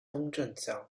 东正教